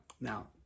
Now